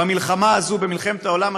במלחמה הזאת, מלחמת העולם השנייה,